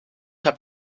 habe